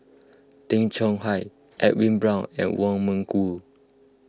Tay Chong Hai Edwin Brown and Wong Meng Voon